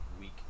week